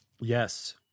yes